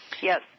Yes